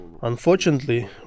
Unfortunately